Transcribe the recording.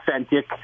authentic